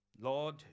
Lord